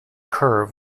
curve